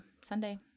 Sunday